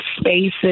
spaces